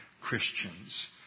Christians